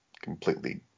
completely